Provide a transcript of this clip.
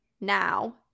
now